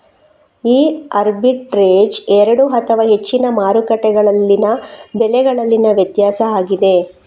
ಈ ಆರ್ಬಿಟ್ರೇಜ್ ಎರಡು ಅಥವಾ ಹೆಚ್ಚಿನ ಮಾರುಕಟ್ಟೆಗಳಲ್ಲಿನ ಬೆಲೆಗಳಲ್ಲಿನ ವ್ಯತ್ಯಾಸ ಆಗಿದೆ